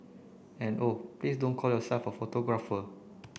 and oh please don't call yourself a photographer